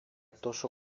τόσο